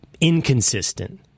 inconsistent